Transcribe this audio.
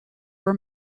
were